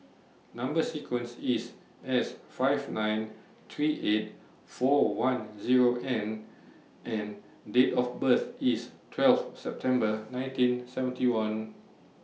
Number sequence IS S five nine three eight four one Zero N and Date of birth IS twelve September nineteen seventy one